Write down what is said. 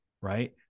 right